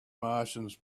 martians